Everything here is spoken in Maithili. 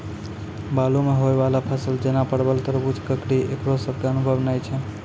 बालू मे होय वाला फसल जैना परबल, तरबूज, ककड़ी ईकरो सब के अनुभव नेय छै?